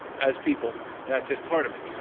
as people, and that's just part of it.